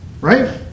right